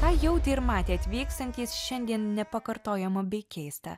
ką jautė ir matė atvykstantys šiandien nepakartojama bei keista